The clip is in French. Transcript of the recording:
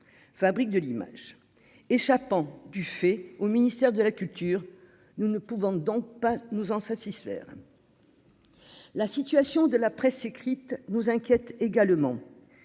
fabrique de l'image échappant du fait au ministère de la culture, nous ne pouvons donc pas nous en satisfaire la situation de la presse écrite, nous inquiète également,